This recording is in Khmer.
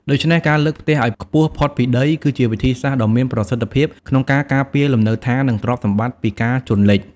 ដូច្នេះ ការលើកផ្ទះឲ្យខ្ពស់ផុតពីដី គឺជាវិធីសាស្រ្តដ៏មានប្រសិទ្ធភាពក្នុងការការពារលំនៅឋាន និងទ្រព្យសម្បត្តិពីការជន់លិច ។